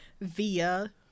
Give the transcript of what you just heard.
via